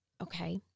Okay